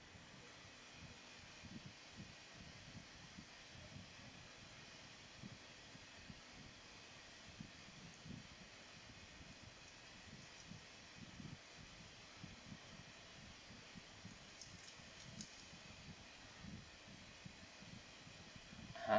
ha